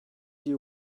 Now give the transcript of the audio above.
you